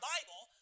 Bible